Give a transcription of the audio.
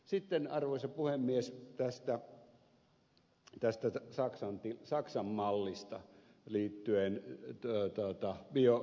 sitten arvoisa puhemies tästä saksan mallista liittyen syöttötariffeihin